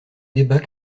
débat